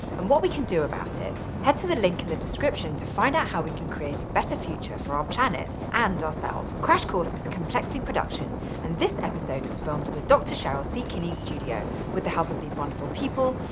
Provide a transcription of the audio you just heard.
and what we can do about it. head to the link in the description to find out how we can create a better future for our planet and ourselves. crash course is a complexly production and this episode was filmed in the doctor cheryl c. kinney studio with the help of these wonderful people.